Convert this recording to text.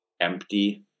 empty